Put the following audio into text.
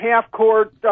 half-court